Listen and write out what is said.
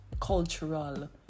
cultural